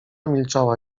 milczała